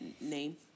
name